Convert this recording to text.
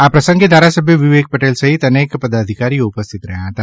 આ પ્રસંગે ધારાસભ્ય વિવિક પટેલ સહિત અનેક પદાધિકારીઓ ઉપસ્થિત રહ્યાં હતા